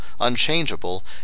unchangeable